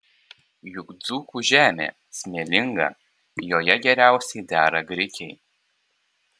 juk dzūkų žemė smėlinga joje geriausiai dera grikiai